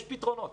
יש פתרונות.